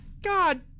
God